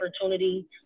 opportunity